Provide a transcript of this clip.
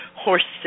horses